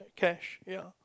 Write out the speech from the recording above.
cash ya